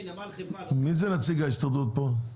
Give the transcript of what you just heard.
מי נציג ההסתדרות פה?